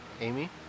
Amy